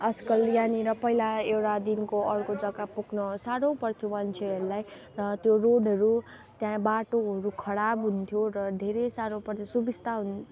आजकल यहाँनिर पहिला एउटा दिनको अर्को जग्गा पुग्नु साह्रो पर्थ्यो मान्छेहरूलाई र त्यो रोडहरू त्यहाँ बाटोहरू खराब हुन्थ्यो र धेरै साह्रो पर्थ्यो सुविस्ता हु